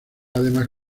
además